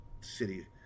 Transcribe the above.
city